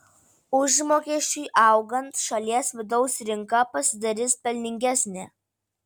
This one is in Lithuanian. užmokesčiui augant šalies vidaus rinka pasidarys pelningesnė